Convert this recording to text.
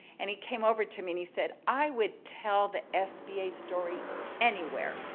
and he came over to me and he said, i would tell the sba story anywhere,